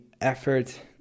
effort